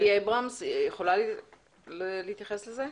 עדי אייברמס, את יכולה להתייחס לזה?